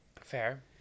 Fair